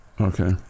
Okay